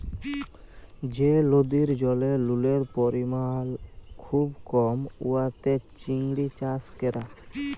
যে লদির জলে লুলের পরিমাল খুব কম উয়াতে চিংড়ি চাষ ক্যরা